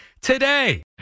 today